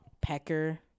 Pecker